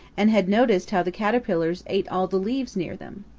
and had noticed how the caterpillars ate all the leaves near them.